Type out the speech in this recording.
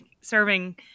serving